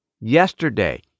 Yesterday